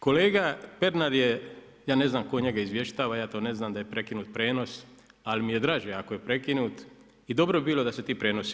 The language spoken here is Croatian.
Kolega Pernar je, ja ne znam tko njega izvještava, ja to ne znam, da je prekinut prijenos, ali mi je državi ako je prekinut i dobro bi bilo da se ti prijenosi